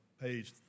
page